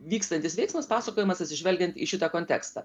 vykstantis veiksmas pasakojamas atsižvelgiant į šitą kontekstą